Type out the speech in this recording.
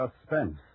Suspense